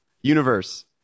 Universe